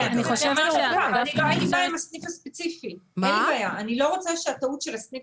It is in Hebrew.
אני לא רוצה שהטעות של הסניף